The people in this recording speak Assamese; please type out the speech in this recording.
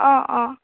অঁ অঁ